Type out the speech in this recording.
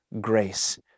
grace